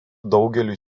daugeliui